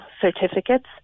certificates